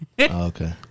Okay